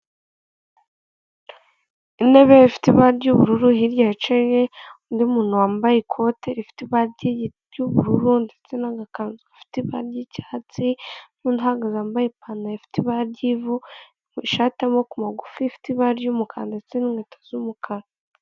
Biragaragara ko ahangaha ari ku kicaro cya emutiyene kuko abakiriya baba bagiye gusaba serivisi zitandukanye abagura simukadi, ababitsa, ababikuza n'ababaza izindi serivisi bakora kugira ngo barusheho kumenya neza iki kigo ibyo gikora.